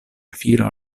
filo